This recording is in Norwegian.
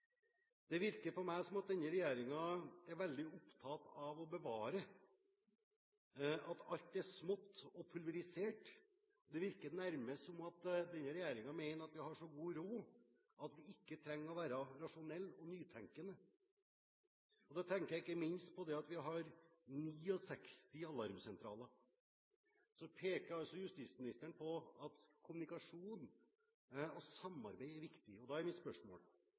Det virker på meg som om denne regjeringen er veldig opptatt av å bevare, at alt er smått og pulverisert. Det virker nærmest som om denne regjeringen mener at vi har så god råd at vi ikke trenger å være rasjonelle og nytenkende. Da tenker jeg ikke minst på at vi har 69 alarmsentraler. Så peker justisministeren på at kommunikasjon og samarbeid er viktig. Da er mitt spørsmål: